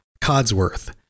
Codsworth